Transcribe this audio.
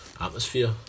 atmosphere